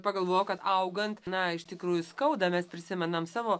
pagalvojo kad augant na iš tikrųjų skauda mes prisimename savo